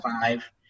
five